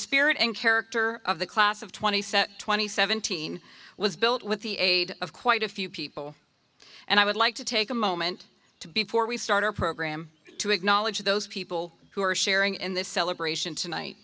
spirit and character of the class of twenty twenty seventeen was built with the aid of quite a few people and i would like to take a moment to before we start our program to acknowledge those people who are sharing in this celebration tonight